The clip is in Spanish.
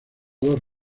dos